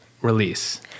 release